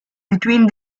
between